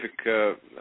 specific